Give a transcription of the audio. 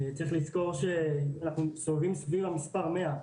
צריך לזכור שאנחנו סובבים סביב המספר 100,